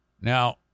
now